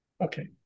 Okay